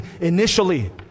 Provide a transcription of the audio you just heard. initially